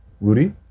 Rudy